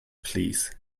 please